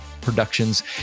Productions